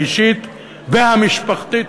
האישית והמשפחתית.